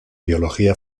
biología